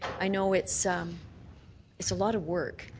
i know it's um it's a lot of work.